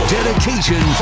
Dedication